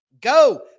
Go